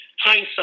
hindsight